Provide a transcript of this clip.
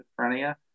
schizophrenia